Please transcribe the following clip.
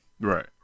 Right